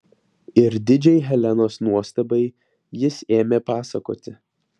ir didžiai helenos nuostabai jis ėmė pasakoti